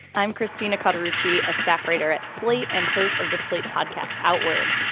i'm christina cutter ritchie a staff writer at slate and host of the slate podcast outward.